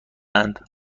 اند